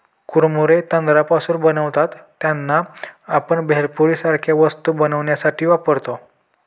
कुरमुरे तांदळापासून बनतात त्यांना, आपण भेळपुरी सारख्या वस्तू बनवण्यासाठी वापरतो